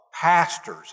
pastors